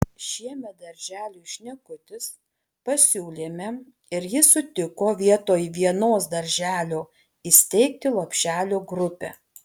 šiemet darželiui šnekutis pasiūlėme ir jis sutiko vietoj vienos darželio įsteigti lopšelio grupę